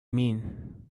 mean